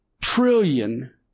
trillion